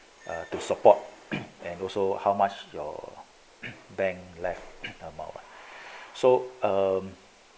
err to support and also how much your bank left the ammount lah so err